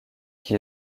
qui